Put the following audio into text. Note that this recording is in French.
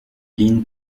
line